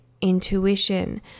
intuition